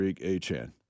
A-Chan